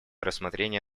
рассмотрения